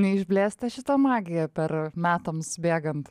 neišblėsta šita magija per metams bėgant